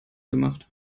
gemacht